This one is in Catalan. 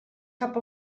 cap